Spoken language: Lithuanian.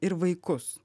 ir vaikus